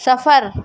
سفر